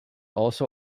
also